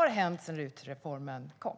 då hänt sedan RUT-reformen genomfördes?